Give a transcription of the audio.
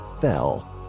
fell